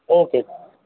okay